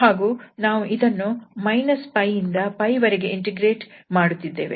ಹಾಗೂ ನಾವು ಇದನ್ನು - 𝜋 ಇಂದ 𝜋 ವರೆಗೆ ಇಂಟಿಗ್ರೇಟ್ ಮಾಡುತ್ತಿದ್ದೇವೆ